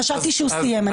חשבתי שהוא סיים.